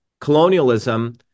colonialism